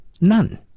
None